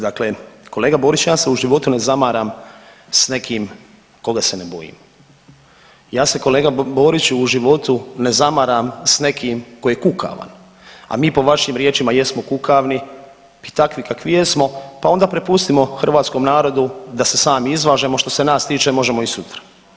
Dakle, kolega Borić ja se u životu ne zamaram s nekim koga se ne bojim, ja se kolega Boriću u životu ne zamaram s nekim ko je kukavan, a mi po vašim riječima jesmo kukavni i takvi kakvi jesmo, pa onda prepustimo hrvatskom narodu da se sami izvažemo, što se nas tiče možemo i sutra.